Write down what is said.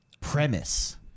premise